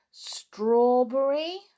Strawberry